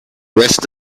rest